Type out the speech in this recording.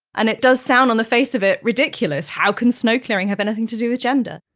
and it does sound, on the face of it, ridiculous. how can snow clearing have anything to do with gender?